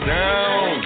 down